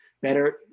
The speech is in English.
Better